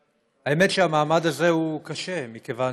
האמת היא שהמעמד הזה הוא קשה, מכיוון